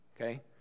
okay